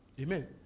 Amen